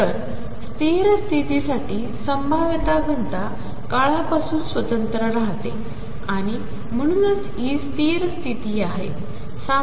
तर स्थिरस्तितीसाठीसंभाव्यताघनताकाळापासूनस्वतंत्रराहतेआणिम्हणूनचहीस्थिरस्थितीआहेत